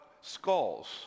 skulls